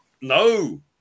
No